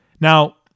Now